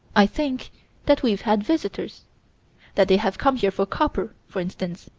i think that we've had visitors that they have come here for copper, for instance.